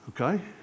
okay